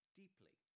deeply